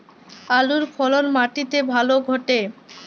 আলুর ফলন মাটি তে ভালো ঘটে?